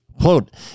quote